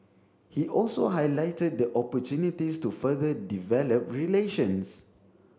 he also highlighted the opportunities to further develop relations